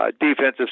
defensive